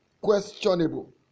questionable